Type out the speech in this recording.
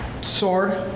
sword